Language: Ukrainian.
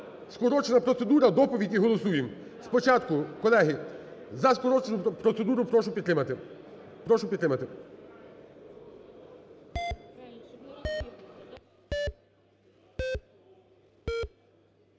Скорочена процедура, доповідь і голосуємо. Спочатку, колеги, за скорочену процедуру прошу підтримати.